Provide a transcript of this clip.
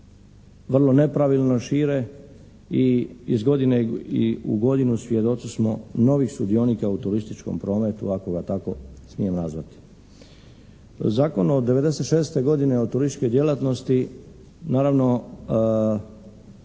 vrlo nepravilno šire i iz godine u godinu svjedoci smo novih sudionika u turističkom prometu ako ga tako smijem nazvati. Zakon od 96. godine od turističke djelatnosti naravno